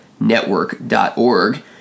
network.org